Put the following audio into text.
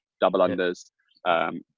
double-unders